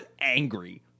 angry